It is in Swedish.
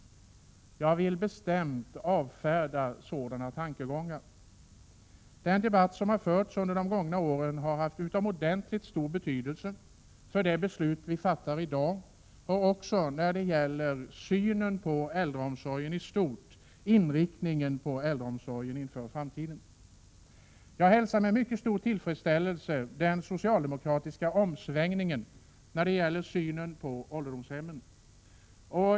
Jag vill bestämt avfärda sådana tankegångar. Den debatt som har förts under de gångna åren har haft utomordentligt stor betydelse för det beslut som vi skall fatta i dag. Den har också haft betydelse för synen på äldreomsorgen i stort och inriktningen av äldreomsorgen inför framtiden. Jag hälsar med mycket stor tillfredsställelse den socialdemokratiska omsvängningen beträffande synen på ålderdomshemmen.